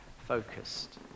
focused